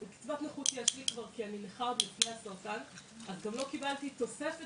הבת שלי בת 12. היא עברה כל כך